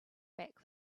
back